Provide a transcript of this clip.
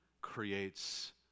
creates